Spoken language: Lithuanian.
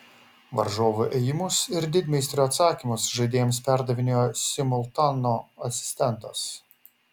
varžovų ėjimus ir didmeistrio atsakymus žaidėjams perdavinėjo simultano asistentas